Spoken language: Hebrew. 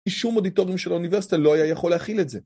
‫שום אודיטוריום של האוניברסיטה ‫לא היה יכול להכיל את זה.